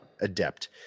adept